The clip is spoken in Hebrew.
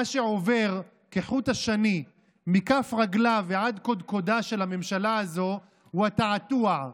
מה שעובר כחוט השני מכף רגלה ועד קודקודה של הממשלה הזו הוא התעתוע,